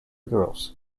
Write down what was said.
girls